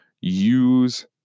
use